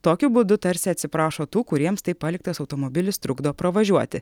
tokiu būdu tarsi atsiprašo tų kuriems taip paliktas automobilis trukdo pravažiuoti